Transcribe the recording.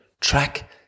track